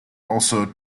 also